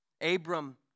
Abram